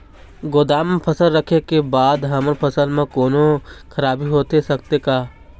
गोदाम मा फसल रखें के बाद हमर फसल मा कोन्हों खराबी होथे सकथे का?